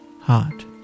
heart